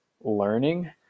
learning